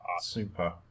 Super